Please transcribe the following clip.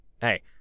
hey